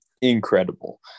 incredible